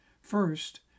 First